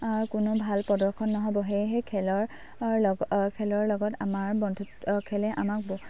কোনো ভাল প্ৰদৰ্শন নহ'ব সেয়েহে খেলৰ লগ খেলৰ লগত আমাৰ বন্ধুত্ব খেলে আমাক